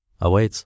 awaits